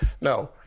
no